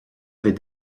avait